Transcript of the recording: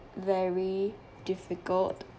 very difficult